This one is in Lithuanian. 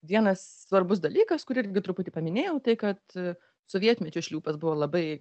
vienas svarbus dalykas kur irgi truputį paminėjau tai kad sovietmečiu šliūpas buvo labai